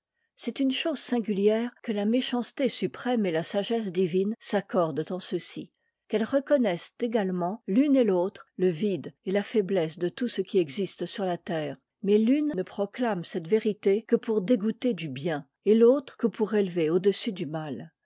c'est une chose singulière que la méchanceté suprême et la sagesse divine s'accordent en'ceci qu'elles reconnaissent également l'une et l'autre le vide et la faiblesse de tout ce qui existe sur la terre mais l'une ne proclame cette vérité que pour dégoûter du bien et l'autre que pour élever au-dessus du mal